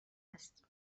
است